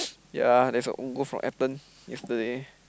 ya there's a own goal from Ethan yesterday